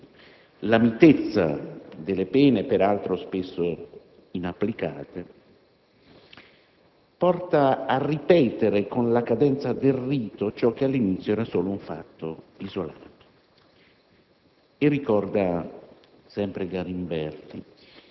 Galimberti parte dalla considerazione che la mitezza delle pene, peraltro spesso inapplicate, porta a ripetere con la cadenza del rito ciò che all'inizio era solo un fatto isolato.